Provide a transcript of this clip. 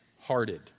hearted